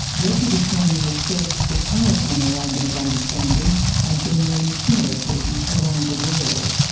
led to the signing of first, the paris memorandum of understanding and then many similar treaties around the world.